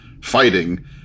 fighting